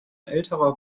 älterer